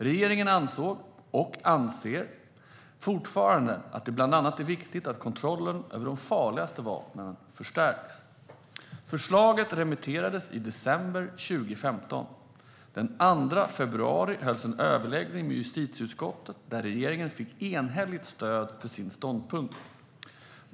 Regeringen ansåg, och anser fortfarande, att det bland annat är viktigt att kontrollen över de farligaste vapnen förstärks. Förslaget remitterades i december 2015. Den 2 februari hölls en överläggning med justitieutskottet, där regeringen fick enhälligt stöd för sin ståndpunkt.